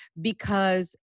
because-